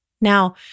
Now